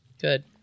Good